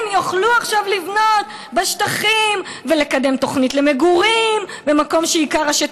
הם יוכלו עכשיו לבנות בשטחים ולקדם תוכנית למגורים במקום שבו עיקר